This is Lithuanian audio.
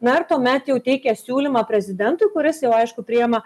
na ir tuomet jau teikia siūlymą prezidentui kuris jau aišku priima